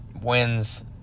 wins